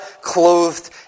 clothed